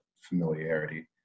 familiarity